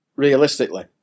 Realistically